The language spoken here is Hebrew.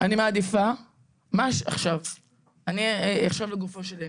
עכשיו לגופו של עניין.